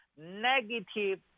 negative